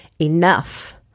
enough